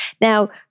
Now